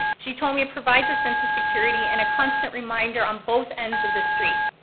she told me it provides a sense of security and a constant reminder on both ends of the street.